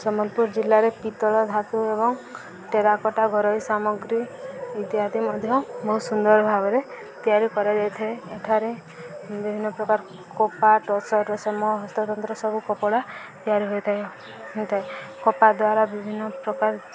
ସମ୍ବଲପୁର ଜିଲ୍ଲାରେ ପିତ୍ତଳ ଧତୁ ଏବଂ ଟେରାକୋଟା ଘରୋଇ ସାମଗ୍ରୀ ଇତ୍ୟାଦି ମଧ୍ୟ ବହୁତ ସୁନ୍ଦର ଭାବରେ ତିଆରି କରାଯାଇଥାଏ ଏଠାରେ ବିଭିନ୍ନ ପ୍ରକାର କପା ଟସର ରଶମ ହସ୍ତତନ୍ତ୍ର ସବୁ କପଡ଼ା ତିଆରି ହୋଇଥାଏ ହୋଇଥାଏ କପା ଦ୍ୱାରା ବିଭିନ୍ନ ପ୍ରକାର